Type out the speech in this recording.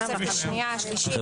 מה